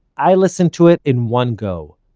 i listened to it in one go.